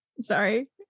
Sorry